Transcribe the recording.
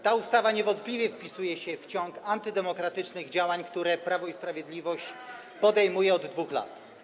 Ta ustawa niewątpliwie wpisuje się w ciąg antydemokratycznych działań, które Prawo i Sprawiedliwość podejmuje od 2 lat.